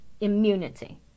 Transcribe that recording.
immunity